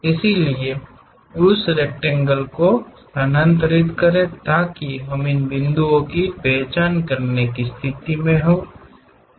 इसलिए उस रेकटेंगेल को स्थानांतरित करें ताकि हम इन बिंदुओं की पहचान करने की स्थिति में हों